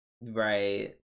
Right